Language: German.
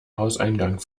hauseingang